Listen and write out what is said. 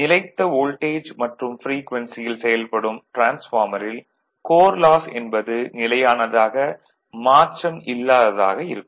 நிலைத்த வோல்டேஜ் மற்றும் ப்ரீக்வென்சியில் செயல்படும் டிரான்ஸ்பார்மரில் கோர் லாஸ் என்பதும் நிலையானதாக மாற்றம் இல்லாததாக இருக்கும்